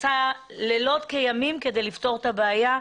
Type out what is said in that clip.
עושה לילות כימים כדי לפתור את הבעיה,